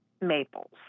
maples